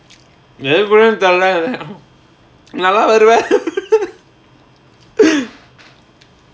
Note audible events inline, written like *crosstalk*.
நெருப்புளா தள்ளாத நல்லா வருவ:nerupula thallaatha nallaa varuva *laughs*